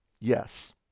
yes